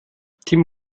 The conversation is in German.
tim